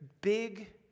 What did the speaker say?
Big